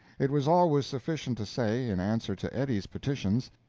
it was always sufficient to say, in answer to eddie's petitions,